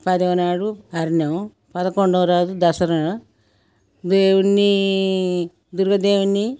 పదవనాడు అర్నెమ్ పదకొండవ రోజు దసరా దేవుడిని దుర్గ దేవుడిని